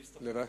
להסתפק.